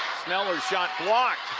sneller shot blocked